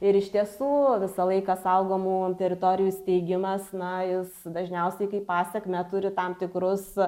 ir iš tiesų visą laiką saugomų teritorijų steigimas na jūs dažniausiai kaip pasekmę turi tam tikrus